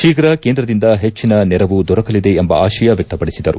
ಶೀಘ್ರ ಕೇಂದ್ರದಿಂದ ಹೆಚ್ಚಿನ ನೆರವು ದೊರಕಲಿದೆ ಎಂಬ ಆಶಯ ವ್ಯಕ್ತಪಡಿಸಿದರು